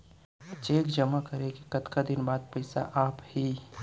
Cheque जेमा करे के कतका दिन बाद पइसा आप ही?